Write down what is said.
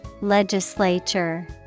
Legislature